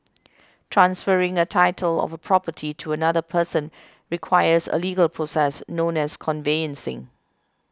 transferring the title of a property to another person requires a legal process known as conveyancing